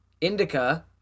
indica